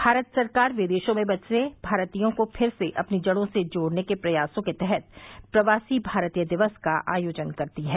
भारत सरकार विदशों में बसे भारतीयों को फिर से अपनी जड़ों से जोड़ने के प्रयासों के तहत प्रवासी भारतीय दिवस का आयोजन करती है